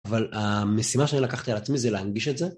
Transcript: אבל המשימה שאני לקחתי על עצמי זה להנגיש את זה